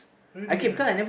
really ah